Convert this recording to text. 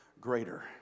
Greater